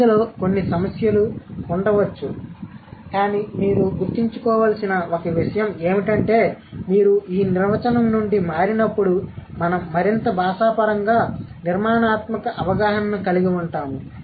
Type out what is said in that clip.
ఇందులో కొన్ని సమస్యలు ఉండవచ్చు కానీ మీరు గుర్తుంచుకోవాల్సిన ఒక విషయం ఏమిటంటే మీరు ఈ నిర్వచనం నుండి మారినప్పుడు మనం మరింత భాషాపరంగా నిర్మాణాత్మక అవగాహనను కలిగి ఉంటాము